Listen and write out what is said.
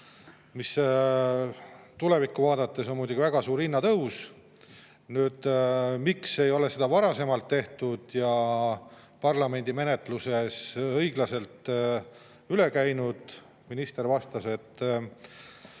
mis tulevikku vaadates on muidugi väga suur hinnatõus. Miks ei ole seda varasemalt tehtud ja miks ei ole parlamendi menetlus sellest õiglaselt üle käinud? Minister vastas, et